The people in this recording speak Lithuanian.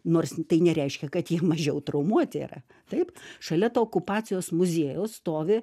nors tai nereiškia kad jie mažiau traumuoti yra taip šalia to okupacijos muziejaus stovi